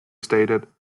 stated